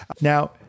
Now